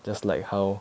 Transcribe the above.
just like how